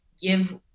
give